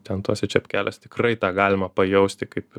ten tuose čepkeliuose tikrai tą galima pajausti kaip